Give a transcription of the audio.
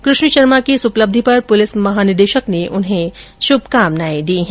कृष्ण शर्मा की इस उपलब्धि पर पुलिस महानिदेशक ने बधाई और शुभकामनाएं दी है